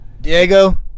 Diego